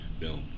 No